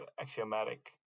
axiomatic